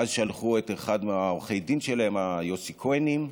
ואז שלחו את אחד מעורכי הדין שלהם, היוסי כהנים,